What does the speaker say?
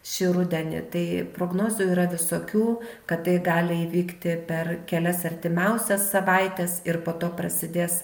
šį rudenį tai prognozių yra visokių kad tai gali įvykti per kelias artimiausias savaites ir po to prasidės